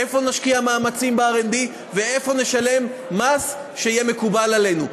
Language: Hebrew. איפה נשקיע מאמצים ב-R&D ואיפה נשלם מס שיהיה מקובל עלינו.